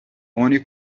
oni